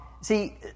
See